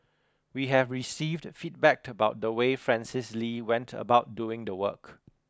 we have received feedback about the way Francis Lee went about doing the work